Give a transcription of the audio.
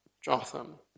Jotham